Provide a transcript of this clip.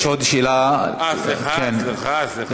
יש עוד שאילתה דחופה -- סליחה, סליחה, סליחה.